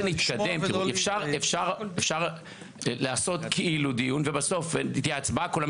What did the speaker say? אפשר לעשות כאילו דיון ובסוף תהיה הצבעה וכולם